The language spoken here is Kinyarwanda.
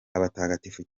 abatagatifu